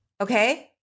okay